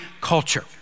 culture